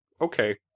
okay